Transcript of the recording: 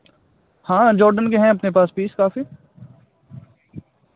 हाँ जॉर्डन के हैं अपने पास पीस काफ़ी